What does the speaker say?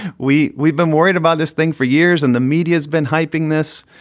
we we've been worried about this thing for years. and the media has been hyping this.